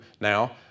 Now